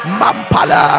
mampala